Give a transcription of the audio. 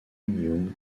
young